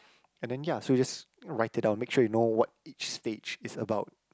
and then ya so you just write it down make sure you know what each stage is about